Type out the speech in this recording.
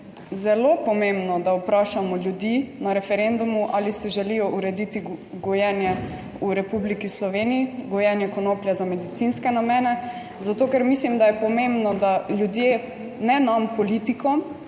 zelo pomembno, da vprašamo ljudi na referendumu ali si želijo urediti gojenje v Republiki Sloveniji, gojenje konoplje za medicinske namene, zato, ker mislim, da je pomembno, da ljudje ne nam politikom,